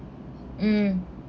um